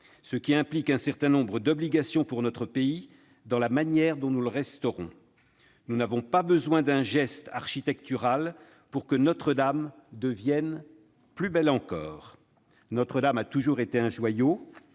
ce qui implique un certain nombre d'obligations pour notre pays dans la manière dont nous le restaurons. Nous n'avons pas besoin d'un geste architectural pour que Notre-Dame devienne « plus belle encore ». Notre-Dame a toujours été un joyau.